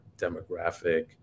demographic